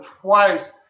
twice